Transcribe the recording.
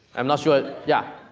am not sure, yeah,